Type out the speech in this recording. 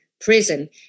prison